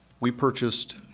we purchased